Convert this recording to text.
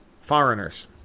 foreigners